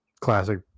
classic